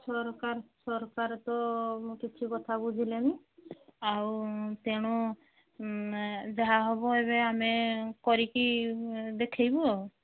ସରକାର ସରକାର ତ କିଛି କଥା ବୁଝିଲେନି ଆଉ ତେଣୁ ଯାହା ହବ ଏବେ ଆମେ କରିକି ଦେଖେଇବୁ ଆଉ